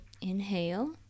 inhale